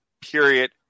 Period